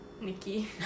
Nikki